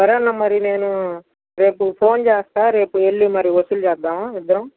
సరే అన్న మరి నేను రేపు ఫోన్ చేస్తాను రేపు వెళ్ళి మరి వసూలు చేద్దామా ఇద్దరం